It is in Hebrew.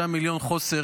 יש 5 מיליון שקלים בחוסר,